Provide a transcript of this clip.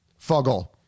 fuggle